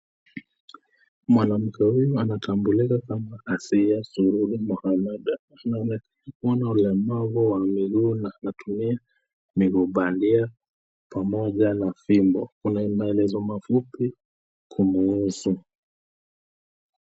Mwanamke huyu anamtambulika kama Asia Surur Mohammed. Anaonekana kuwa na ulemavu wa miguu na anatumia miguu bandia pamoja na fimbo. Kuna maelezo mafupi kumhusu.